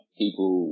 people